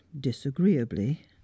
disagreeably